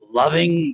loving